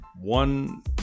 one